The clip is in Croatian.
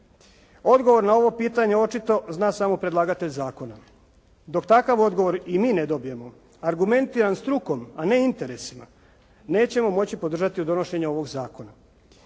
Odgovor na ovo pitanje očito zna samo predlagatelj zakona. Dok takav odgovor i mi ne dobijemo, argumentiran strukom, a ne interesima, nećemo moći podržati donošenje ovog zakona.